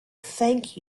thank